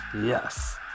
Yes